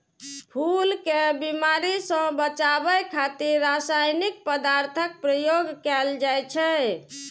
फूल कें बीमारी सं बचाबै खातिर रासायनिक पदार्थक प्रयोग कैल जाइ छै